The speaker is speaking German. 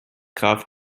graf